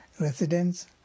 Residents